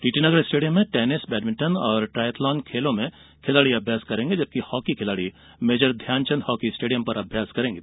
TT Nagar stadium में tennis badminton और triathlon खेलों में खिलाड़ी अभ्यास करेंगे जबकि हॉकी खिलाड़ी मेजर ध्यानचंद हॉकी स्टेडियम पर हॉकी खेल का अभ्यास करेंगे